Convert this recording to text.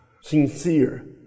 sincere